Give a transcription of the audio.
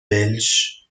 belge